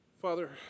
Father